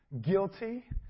guilty